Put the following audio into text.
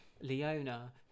Leona